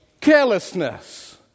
carelessness